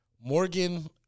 Morgan